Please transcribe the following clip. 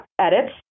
edits